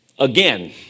Again